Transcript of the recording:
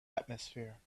atmosphere